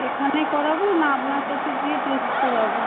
এখানে করাবো না আপনার কাছে গিয়ে টেস্ট করাবো